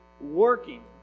working